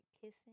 kissing